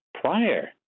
prior